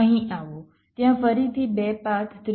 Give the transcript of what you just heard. અહીં આવો ત્યાં ફરીથી 2 પાથ 3